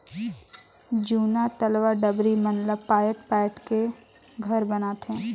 जूना तलवा डबरी मन ला पायट पायट के घर बनाथे